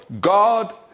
God